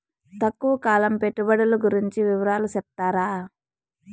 తక్కువ కాలం పెట్టుబడులు గురించి వివరాలు సెప్తారా?